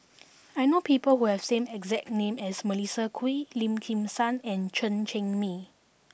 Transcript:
I know people who have same exact name as Melissa Kwee Lim Kim San and Chen Cheng Mei